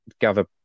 gather